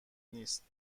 نیست